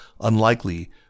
unlikely